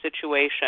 situation